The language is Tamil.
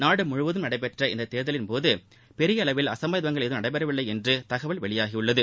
நாடு முழுவதும் நடைபெற்ற இந்தத் தேர்தலின் போது பெரிய அளவில் அசம்பாவிதங்கள் எதுவும் நடைபெறவில்லை என்று தகவல் வெளியாகியுள்ளது